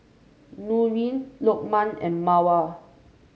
Nurin Lokman and Mawar